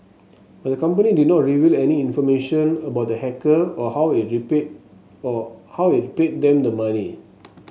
but the company did not reveal any information about the hacker or how it rapid or how it paid them the money